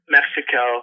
Mexico